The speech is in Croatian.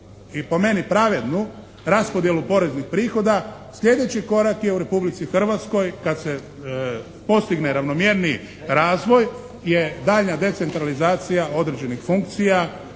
i po meni pravednu raspodjelu poreznih prihoda slijedeći korak je u Republici Hrvatskoj kad se postigne ravnomjerniji razvoj je daljnja decentralizacija određenih funkcija,